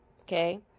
Okay